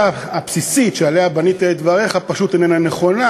הבסיסית שעליה בנית את דבריך פשוט איננה נכונה,